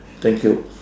thank you